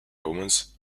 romans